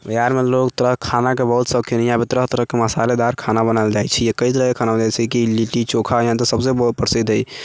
बिहारमे लोग थोड़ा खानाके बहुत शौकीन इहाँपर तरह तरहके मसालेदार खाना बनायल जाइ छै कइ तरहके खाना बनायल जाइ छै लिट्टी चोखा इहाँ तऽ सभसँ प्रसिद्ध हय